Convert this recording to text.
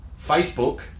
Facebook